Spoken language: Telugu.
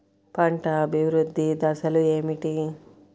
పంట అభివృద్ధి దశలు ఏమిటి?